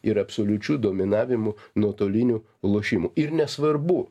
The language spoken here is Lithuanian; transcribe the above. ir absoliučiu dominavimu nuotolinių lošimų ir nesvarbu